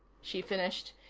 she finished.